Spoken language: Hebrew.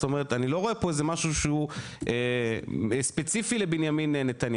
זאת אומרת אני לא רואה פה איזה משהו שהוא ספציפי לבנימין נתניהו,